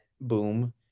boom